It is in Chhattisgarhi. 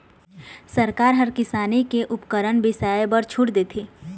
सरकार ह किसानी के उपकरन बिसाए बर छूट देथे